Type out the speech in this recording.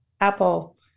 Apple